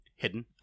Hidden